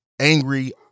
angry